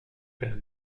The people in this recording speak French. père